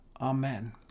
Amen